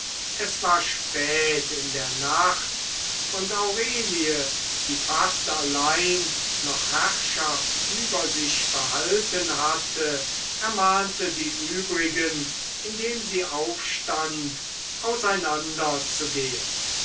es war spät in der nacht und aurelie die fast allein noch herrschaft über sich behalten hatte ermahnte die übrigen indem sie aufstand auseinanderzugehen